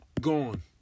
Gone